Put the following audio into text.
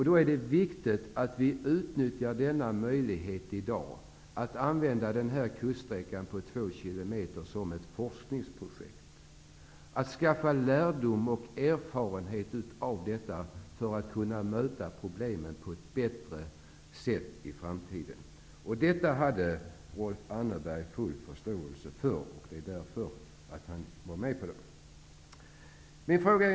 Det är viktigt att vi i dag utnyttjar denna möjlighet att använda den här kuststräckan på två kilometer för ett forskningsprojekt för att skaffa lärdom och erfarenhet av detta och kunna möta problemet på ett bättre sätt i framtiden. Detta hade Rolf Anderberg full förståelse för. Det var därför han var med på detta.